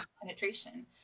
penetration